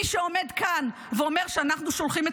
מי שעומד כאן ואומר שאנחנו שולחים את